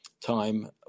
time